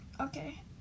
Okay